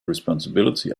responsibility